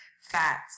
fats